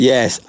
Yes